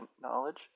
knowledge